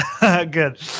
good